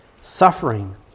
suffering